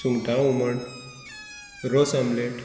सुंगटां हुमण रोस आमलेट